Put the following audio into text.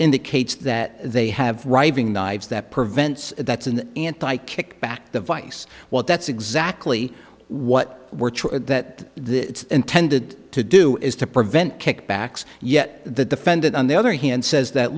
indicates that they have riving knives that prevents that's an anti kickback device well that's exactly what we're that this is intended to do is to prevent kickbacks yet the defendant on the other hand says that